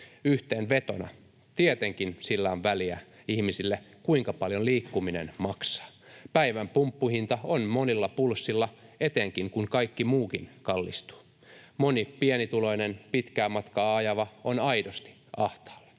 Yhteenvetona: tietenkin sillä on väliä ihmisille, kuinka paljon liikkuminen maksaa. Päivän pumppuhinta on monilla pulssilla etenkin, kun kaikki muukin kallistuu. Moni pienituloinen pitkää matkaa ajava on aidosti ahtaalla.